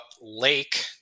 lake